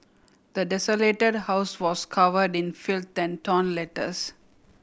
the desolated house was covered in filth torn letters